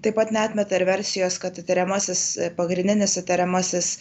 taip pat neatmeta ir versijos kad įtariamasis pagrindinis įtariamasis